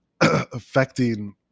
affecting